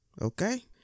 Okay